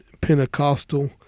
Pentecostal